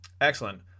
Excellent